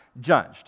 judged